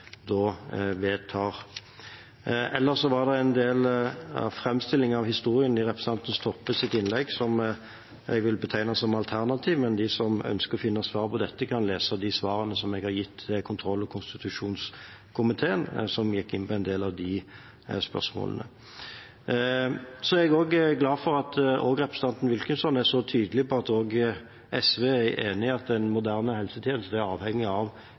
vedtar. Ellers var det en del i framstillingen av historien i representanten Toppes innlegg som jeg vil betegne som alternativ, men de som ønsker å finne svar på dette, kan lese svarene jeg har gitt kontroll- og konstitusjonskomiteen, som gikk inn på en del av de spørsmålene. Jeg er også glad for at representanten Wilkinson er så tydelig på at SV er enig i at en moderne helsetjeneste er avhengig av